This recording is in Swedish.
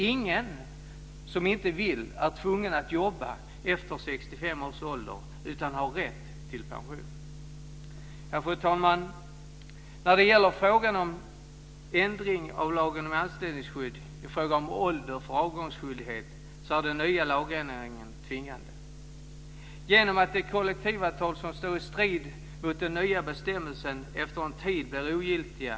Ingen som inte vill är tvungen att jobba efter 65 års ålder utan har rätt till pension. Fru talman! Den nya lagregeln om ålder för avgångsskyldighet i lagen om anställningsskydd är tvingande. De kollektivavtal som står i strid mot den nya bestämmelsen blir efter en tid ogiltiga.